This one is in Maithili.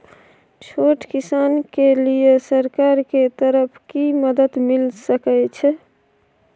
छोट किसान के लिए सरकार के तरफ कि मदद मिल सके छै?